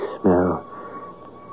smell